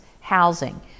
housing